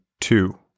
two